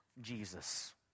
Jesus